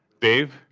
dave.